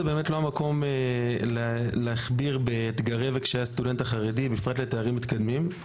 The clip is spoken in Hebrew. המקום להכביר באתגרי וקשיי הסטודנט החרדי בפרט בתארים מתקדמים,